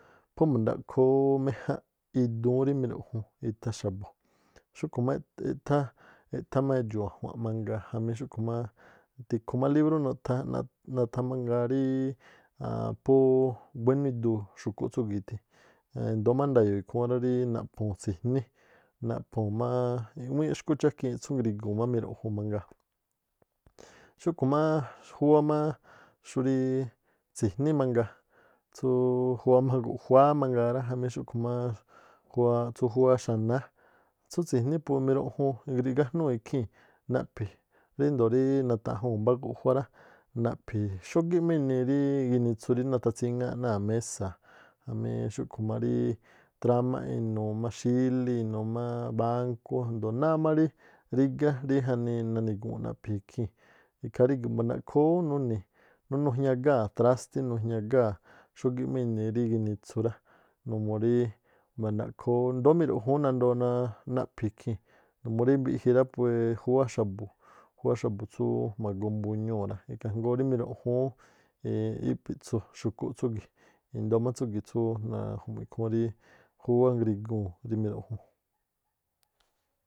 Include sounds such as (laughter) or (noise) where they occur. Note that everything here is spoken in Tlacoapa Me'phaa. (unintelligible) méꞌjánꞌ idúún rí miruꞌjun itha̱ xa̱bu̱, xúꞌkhu̱ má eꞌthá, eꞌthá edxu̱u̱ a̱jua̱n mangaa jamí xúꞌkhu̱ máá tikhu má librú nutháán (hesitation) naꞌthá mangaa ríí aan púú buénú iduu xu̱kúꞌ tsúgi̱ ithi, (hesitation) indóó má nda̱yo̱o̱ ikhúún rá rí naꞌphuu̱n tsijní, naꞌphuu̱n má i̱ꞌwíínꞌ xkú chákiin tsú ngriguu̱n má miruꞌjun mangaa, xúkhu̱ máá júwá máá xurí tsi̱jní mangaa, tsúú guꞌjuáá mangaa rá jamí xúꞌkhu̱ má tsú júwá xáná. Tsú tsi̱jní pu miruꞌjun rigajnúu̱ ikhii̱n naꞌphi ríndoo̱ nata̱ꞌjuu̱n mbá guꞌjuá rá, naꞌphi xógíꞌ inii ginitsu rí nathatsíŋááꞌ náa̱ mésáa̱ jami xúꞌkhu̱ má rí tramáꞌ inuu má xílí, inuu má bánkú, ́a̱jndo̱o náá má rigá rí jaꞌnii nani̱guu̱nꞌ naꞌphi ikhii̱n, ikhaa rígi̱ꞌ mba̱ndaꞌkhoo ú nuni̱ nujñagáa̱ trástí nujñagáa̱ xógíꞌ má inii rí ginitsu rá, numuu rí mba̱ndaꞌkhoo ú ndo̱o miruꞌjun ú nandoo naꞌphi ikhii̱n, murí mbiꞌji rá puee júwá xa̱bu̱, júwá xa̱bu̱ tsú ma̱goo mbuñúu̱ rá. Ikhaa jngóó rí miruꞌjun ú i̱pi̱ꞌtsu̱ xu̱kúꞌ tsúgi̱ꞌ. Indóó má tsúgi̱ꞌ tsú naju̱mu̱ꞌ ikhúún rí júwá griguu̱n rí miruꞌjun.